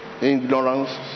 Ignorance